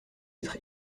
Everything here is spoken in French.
être